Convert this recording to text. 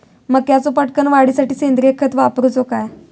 मक्याचो पटकन वाढीसाठी सेंद्रिय खत वापरूचो काय?